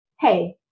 hey